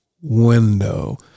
window